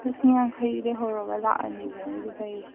ꯂꯤꯁꯤꯡ ꯌꯥꯡꯈꯩꯗꯒꯤ ꯍꯧꯔꯒ ꯂꯥꯈ ꯑꯅꯤ ꯐꯥꯎꯕ ꯂꯩ